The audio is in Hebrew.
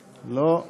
לא.